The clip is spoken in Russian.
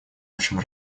общем